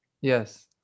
yes